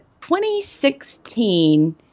2016